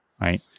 right